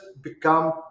become